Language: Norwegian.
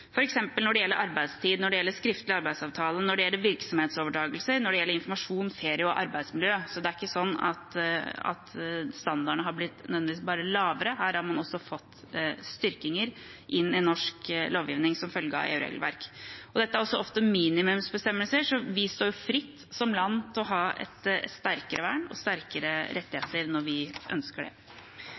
når det gjelder arbeidstid, når det gjelder skriftlige arbeidsavtaler, når det gjelder virksomhetsoverdragelser, når det gjelder informasjon, ferie og arbeidsmiljø. Så det er ikke sånn at standardene nødvendigvis er blitt bare lavere; her har man også fått styrkinger inn i norsk lovgivning som følge av EU-regelverk. Dette er også ofte minimumsbestemmelser, så vi står fritt som land til å ha et sterkere vern og sterkere rettigheter når vi ønsker det.